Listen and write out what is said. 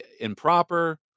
improper